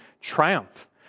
triumph